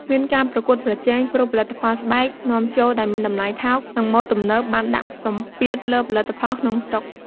មានការប្រកួតប្រជែង ព្រោះផលិតផលស្បែកនាំចូលដែលមានតម្លៃថោក និងម៉ូដទំនើបបានដាក់សម្ពាធលើផលិតផលក្នុងស្រុក។